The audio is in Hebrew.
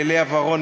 ללאה ורון,